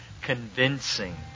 convincing